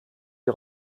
die